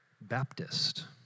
Baptist